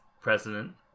president